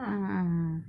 ah ah ah